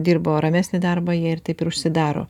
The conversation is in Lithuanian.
dirbo ramesnį darbą jie ir taip ir užsidaro